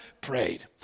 prayed